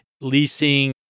leasing